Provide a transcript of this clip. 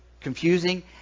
confusing